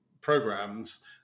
programs